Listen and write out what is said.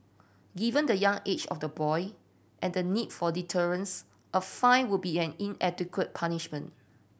given the young age of the boy and the need for deterrence a fine would be an inadequate punishment